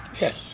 Yes